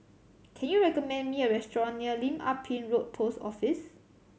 can you recommend me a restaurant near Lim Ah Pin Road Post Office